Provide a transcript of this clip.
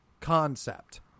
Concept